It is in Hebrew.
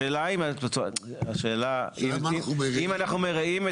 השאלה היא את מה אנחנו מרעים?